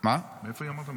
מאיפה אמרת שהיא?